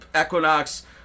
equinox